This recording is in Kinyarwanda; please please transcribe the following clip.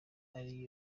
ari